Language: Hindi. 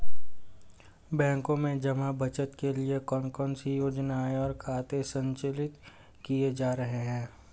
बैंकों में जमा बचत के लिए कौन कौन सी योजनाएं और खाते संचालित किए जा रहे हैं?